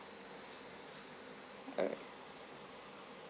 alright